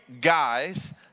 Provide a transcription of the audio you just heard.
guys